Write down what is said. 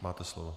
Máte slovo.